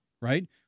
right